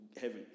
heaven